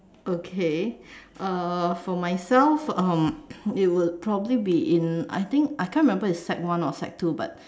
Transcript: okay uh for myself um it would probably be in I think I can't remember it's sec one or sec two but